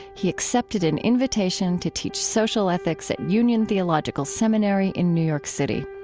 he accepted an invitation to teach social ethics at union theological seminary in new york city.